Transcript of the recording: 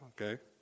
Okay